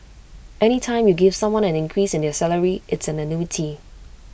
any time you give someone an increase in their salary it's an annuity